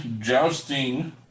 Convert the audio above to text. jousting